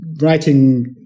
writing